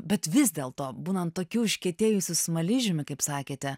bet vis dėlto būnant tokiu užkietėjusiu smaližiumi kaip sakėte